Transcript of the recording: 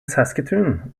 saskatoon